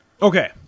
Okay